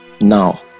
now